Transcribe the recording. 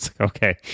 Okay